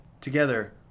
Together